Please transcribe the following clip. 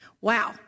Wow